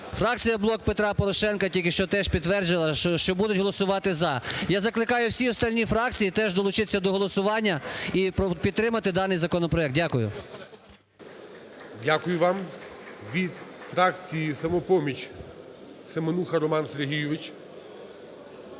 Фракція "Блок Петра Порошенка" тільки що теж підтвердила, що будуть голосувати "за". Я закликаю всі остальні фракції теж долучитися до голосування і підтримати даний законопроект. Дякую. ГОЛОВУЮЧИЙ. Дякую вам. Від фракція "Самопоміч" Семенуха Роман Сергійович.